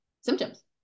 symptoms